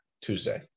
Tuesday